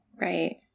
right